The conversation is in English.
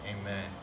amen